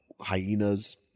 hyenas